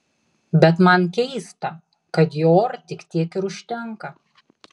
bet man keista kad dior tik tiek ir užtenka